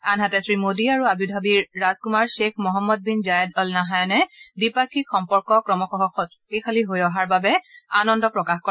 আনহাতে শ্ৰীমোদী আৰু আবু ধাবিৰ ৰাজকুমাৰ Sheikh Mohammed bin Zayed Al নাহায়ানে দ্বিপাক্ষিক সম্পৰ্ক ক্ৰমশঃ শক্তিশালী হৈ অহাৰ বাবে আনন্দ প্ৰকাশ কৰে